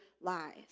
lies